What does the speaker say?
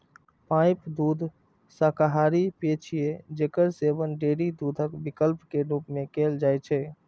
pipe दूध शाकाहारी पेय छियै, जेकर सेवन डेयरी दूधक विकल्प के रूप मे कैल जाइ छै